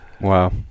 Wow